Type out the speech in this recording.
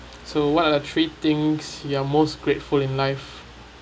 so what are the three things you are most grateful in life